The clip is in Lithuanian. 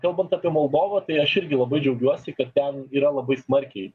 kalbant apie moldovą tai aš irgi labai džiaugiuosi kad ten yra labai smarkiai